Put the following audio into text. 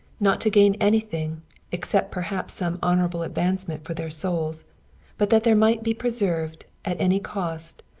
not to gain anything except perhaps some honorable advancement for their souls but that there might be preserved, at any cost,